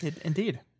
Indeed